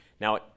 Now